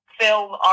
film